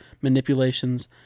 manipulations